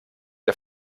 ein